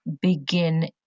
begin